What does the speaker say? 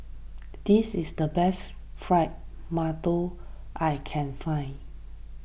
this is the best Fried Mantou I can find